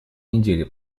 неделе